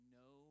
no